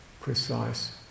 precise